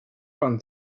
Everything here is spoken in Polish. pan